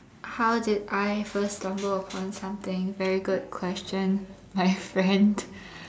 how did I first stumble upon something very good question my friend